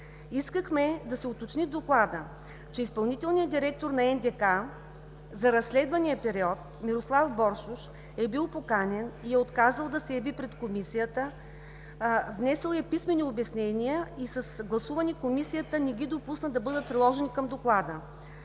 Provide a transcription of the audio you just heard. Доклада да се уточни, че изпълнителният директор на НДК за разследвания период Мирослав Боршош е бил поканен и е отказал да се яви пред Комисията, внесъл е писмени обяснения и с гласуване Комисията не ги допусна да бъдат приложени към Доклада.